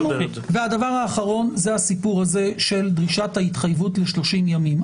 הדבר האחרון הוא הסיפור הזה של דרישת ההתחייבות ל-30 ימים.